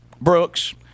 Brooks